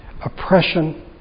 oppression